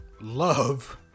love